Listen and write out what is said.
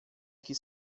que